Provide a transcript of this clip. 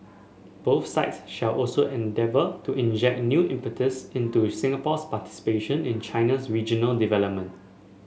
both sides shall also endeavour to inject new impetus into Singapore's participation in China's regional development